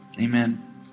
Amen